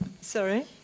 Sorry